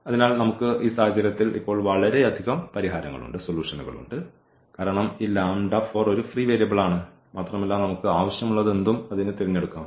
അതിനാൽ ഈ സാഹചര്യത്തിൽ നമുക്ക് ഇപ്പോൾ വളരെയധികം പരിഹാരങ്ങൾ ഉണ്ട് കാരണം ഈ ഒരു ഫ്രീ വേരിയബിളാണ് മാത്രമല്ല നമുക്ക് ആവശ്യമുള്ളതെന്തും തിരഞ്ഞെടുക്കാം